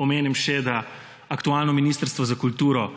omenim še, da aktualno ministrstvo za kulturo